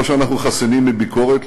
לא שאנחנו חסינים מביקורת,